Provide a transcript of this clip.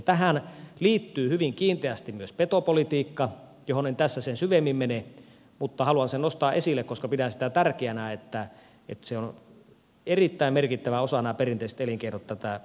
tähän liittyy hyvin kiinteästi myös petopolitiikka johon en tässä sen syvemmin mene mutta haluan sen nostaa esille koska pidän sitä tärkeänä että perinteiset elinkeinot ovat erittäin merkittävä osa tätä saamelaiskulttuuria